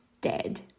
dead